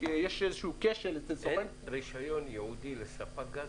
אין רישיון ייעודי לספק גז?